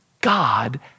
God